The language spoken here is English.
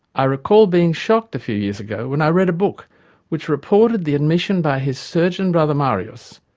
i recall being shocked, a few years ago, when i read a book which reported the admission by his surgeon brother, marius,